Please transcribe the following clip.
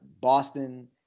boston